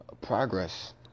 Progress